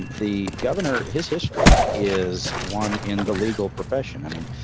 and the governor, his history is one in the legal profession. i mean,